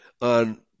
on